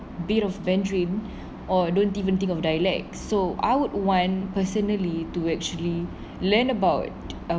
bit of mandarin or don't even think of dialects so I would one personally to actually learn about uh